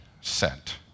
sent